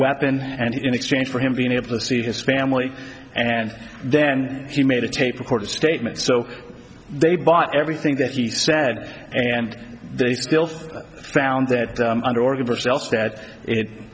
weapon and in exchange for him being able to see his family and then he made a tape recorded statement so they bought everything that he said and they still think found that